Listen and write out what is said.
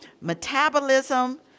metabolism